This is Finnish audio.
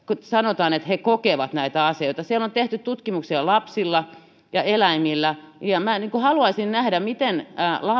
sanotaan että he kokevat näitä asioita siellä on tehty tutkimuksia lapsilla ja eläimillä ja minä haluaisin nähdä miten